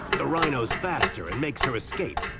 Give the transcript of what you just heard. the rhino's faster and makes her escape.